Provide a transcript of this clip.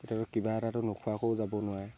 তেতিয়াতো কিবা এটাতো নোখোৱাকৈও যাব নোৱাৰে